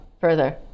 further